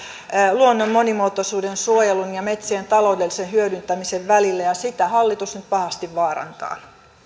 luonnon monimuotoisuuden suojelun ja metsien taloudellisen hyödyntämisen välillä ja sitä hallitus nyt pahasti vaarantaa arvoisa puhemies